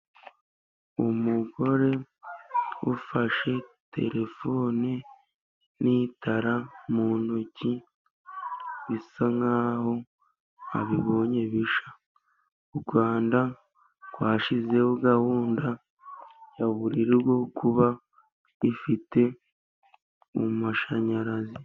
Umugore ufashe terefone n'itara mu ntoki, bisa nk'aho abibonye bishya. U Rwanda rwashyizeho gahunda ya buri rugo, kuba rufite amashanyarazi.